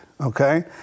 Okay